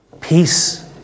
Peace